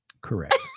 Correct